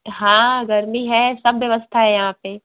हाँ गर्मी है सब व्यवस्था है यहाँ पे